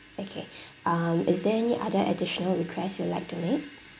okay um is there any other additional requests you'd like to make